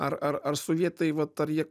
ar ar ar sovietai vat ar jie